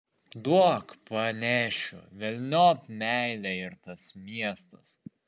duok panešiu velniop meilė ir tas miestas